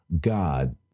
God